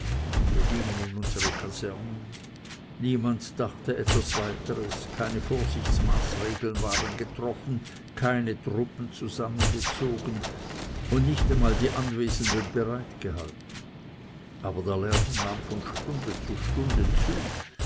wir gingen in unsere kasernen niemand dachte etwas weiteres keine vorsichtsmaßregeln waren getroffen keine truppen zusammengezogen und nicht einmal die anwesenden bereit gehalten aber der lärm nahm zu von stunde zu stunde ein